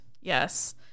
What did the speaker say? Yes